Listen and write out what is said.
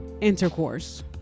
intercourse